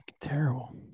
terrible